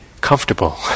comfortable